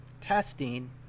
testing